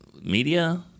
Media